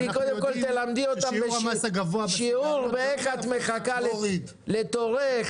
קודם תלמדי אותם שיעור איך את מחכה לתורך,